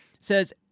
Says